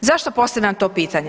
Zašto postavljam to pitanje?